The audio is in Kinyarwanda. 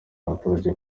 abaturage